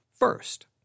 First